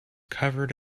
covered